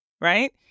right